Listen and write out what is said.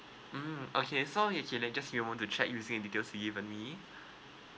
um okay so okay just give me a moment to check using the details you've given me